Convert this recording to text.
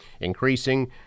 increasing